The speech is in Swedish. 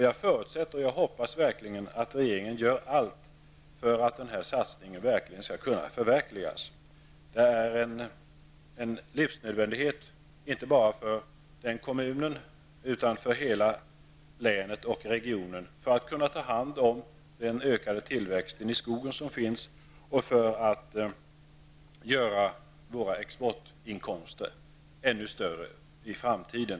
Jag förutsätter och jag hoppas verkligen att regeringen gör allt för att satsningen verkligen skall kunna genomföras. Det är en livsnödvändighet inte bara för den kommunen utan för hela länet och regionen om man skall kunna ta hand om den ökade tillväxten i skogen och göra våra exportinkomster ännu större i framtiden.